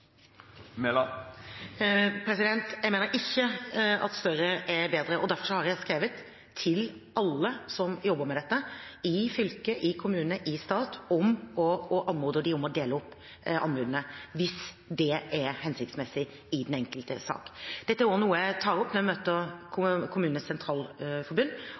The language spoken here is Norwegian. Jeg mener ikke at større er bedre, og derfor har jeg skrevet til alle som jobber med dette – i fylke, i kommune, i stat – og anmodet dem om å dele opp anbudene hvis det er hensiktsmessig i den enkelte sak. Dette er noe jeg tar opp når jeg møter KS, og vi diskuterer det også med